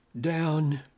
down